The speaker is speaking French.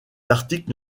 article